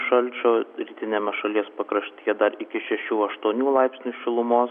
šalčio rytiniame šalies pakraštyje dar iki šešių aštuonių laipsnių šilumos